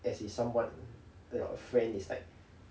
as if somewhat that your friend is like